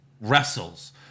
wrestles